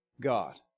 God